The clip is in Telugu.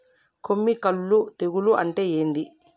కొమ్మి కుల్లు తెగులు అంటే ఏంది?